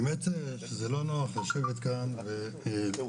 האמת שזה לא נוח לשבת כאן ולשמוע.